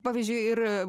pavyzdžiui ir a